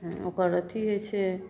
ओकर अथी होइ छै